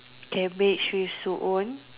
cabbage with soup